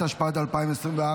התשפ"ד 2024,